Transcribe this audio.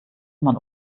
man